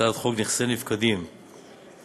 הצעת חוק נכסי נפקדים (תיקון,